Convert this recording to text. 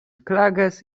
klages